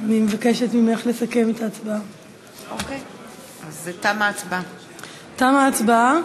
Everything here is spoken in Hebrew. תמה ההצבעה.